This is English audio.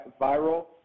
viral